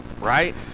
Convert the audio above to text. right